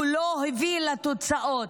הוא לא הביא לתוצאות.